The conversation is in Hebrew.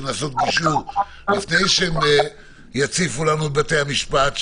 לנסות גישור לפני שהם יציפו לנו את בתי המשפט,